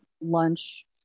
lunch